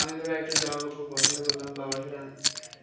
আমি ধর একটা জামা কাপড় পছন্দ করলাম বাবা সেটা